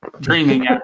dreaming